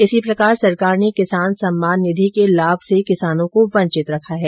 इसी प्रकार सरकार ने किसान सम्मान निधि के लाभ से किसानों को वंचित रखा है